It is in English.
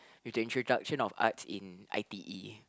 with the introduction of arts in I_T_E